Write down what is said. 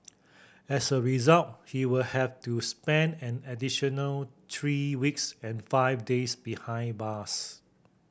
as a result he will have to spend an additional three weeks and five days behind bars